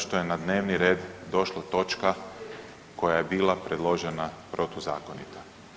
što je na dnevni red došla točka koja je bila predložena protuzakonito.